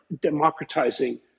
democratizing